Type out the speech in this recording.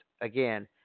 again